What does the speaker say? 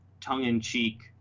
tongue-in-cheek